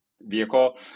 vehicle